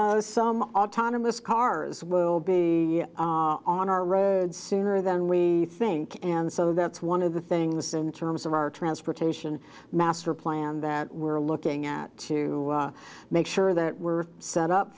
of some autonomous cars will be on our road sooner than we think and so that's one of the things in terms of our transportation master plan that we're looking at to make sure that we're set up